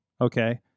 okay